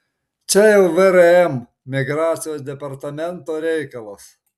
čia jau vrm migracijos departamento reikalas